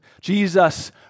Jesus